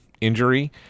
injury